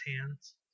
hands